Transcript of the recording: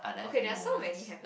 okay they are so many happy moments